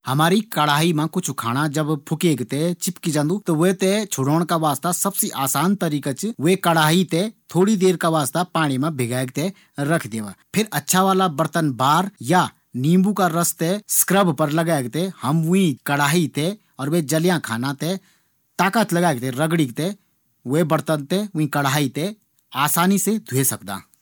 खाणु बणोंदी बगत ज़ब कभी कभी सब्जी फुके जांदी त कढ़ाई पर दाग लगी जांदीन। ये दाग थें साफ करना कू सबसे आसान तरीका च पैली वी कढ़ाई थें पाणी मा भिजोण थें रखी द्यावा । फिर अच्छा वाला बर्तन बार या नीम्बू का रस थें स्क्रब पर लगैक ताकत लगैक कढ़ाई साफ करे जै सकदी।